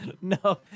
No